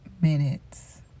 minutes